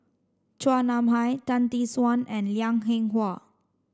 Chua Nam Hai Tan Tee Suan and Liang Eng Hwa